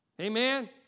Amen